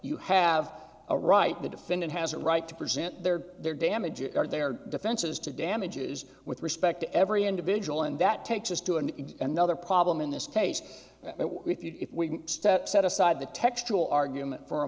you have a right the defendant has a right to present their their damages their defenses to damages with respect to every individual and that takes us to an another problem in this case if we step set aside the textual argument for a